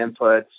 inputs